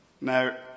Now